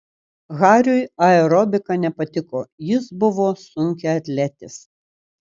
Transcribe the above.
hariui aerobika nepatiko jis buvo sunkiaatletis